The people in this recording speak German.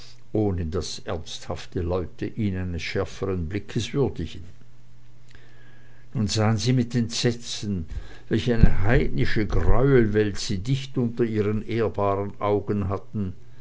ohne daß ernsthafte leute ihn eines schärfern blickes würdigen nun sahen sie mit entsetzen welch eine heidnische greuelwelt sie dicht unter ihren ehrbaren augen hatten